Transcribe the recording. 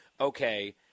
okay